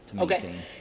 okay